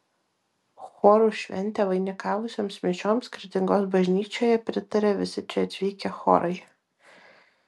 chorų šventę vainikavusioms mišioms kretingos bažnyčioje pritarė visi čia atvykę chorai